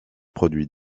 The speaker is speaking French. produits